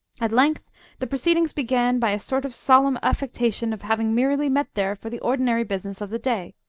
at length the proceedings began by a sort of solemn affectation of having merely met there for the ordinary business of the day,